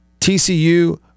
TCU